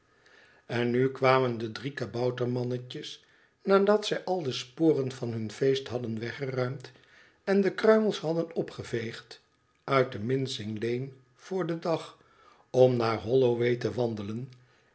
en na kwamen de drie kabouter mannetjes nadat zij al de sporen van hun feest hadden weggeruimd en de kruimels hadden opgeveegd uit de mincing lane voor den dag om naar holloway te wandelen